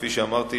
כפי שאמרתי,